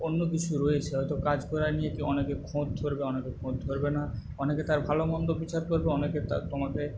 অন্য কিছু রয়েছে হয়তো কাজ করা নিয়ে অনেকে খুঁত ধরবে অনেকে খুঁত ধরবে না অনেকে তার ভালোমন্দ বিচার করবে অনেকে তোমাকে